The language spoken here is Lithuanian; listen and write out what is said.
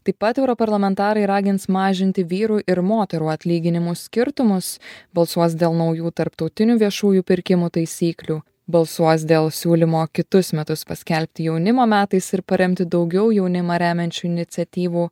taip pat europarlamentarai ragins mažinti vyrų ir moterų atlyginimų skirtumus balsuos dėl naujų tarptautinių viešųjų pirkimų taisyklių balsuos dėl siūlymo kitus metus paskelbti jaunimo metais ir paremti daugiau jaunimą remiančių iniciatyvų